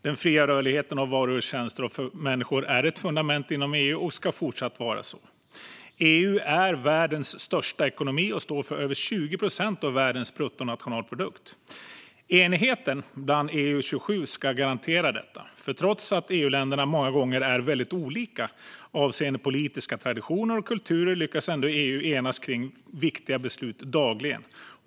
Den fria rörligheten av varor och tjänster och för människor är ett fundament inom EU och ska fortsätta vara så. EU är världens största ekonomi och står för över 20 procent av världens bruttonationalprodukt. Enigheten inom EU-27 ska garantera detta, för trots att EU-länderna många gånger är väldigt olika avseende politiska traditioner och kulturer lyckas EU ändå enas kring viktiga beslut dagligen.